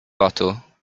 bottle